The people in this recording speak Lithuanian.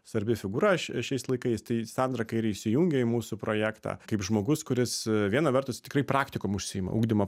svarbi figūra šiais laikais tai sandra kairė įsijungė į mūsų projektą kaip žmogus kuris viena vertus tikrai praktikom užsiima ugdymo